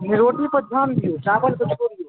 रोटी पर ध्यान दिऔ चावलके छोड़ु